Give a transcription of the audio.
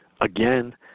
Again